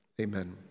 Amen